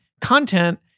content